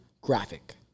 graphic